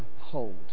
hold